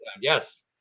Yes